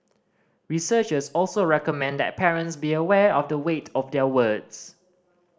researchers also recommend that parents be aware of the weight of their words